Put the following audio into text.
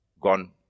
gone